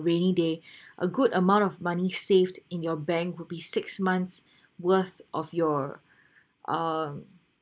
rainy day a good amount of money saved in your bank will be six months worth of your um